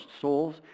souls